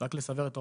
רק לסבר את האוזן,